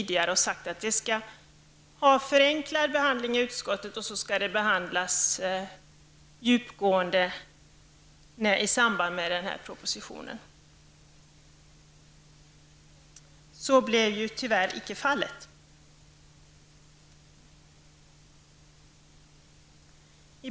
Dessa ärenden skulle ha en förenklad behandling i utskottet för att senare behandlas mer djupgående i samband med denna proposition. Så blev tyvärr icke fallet.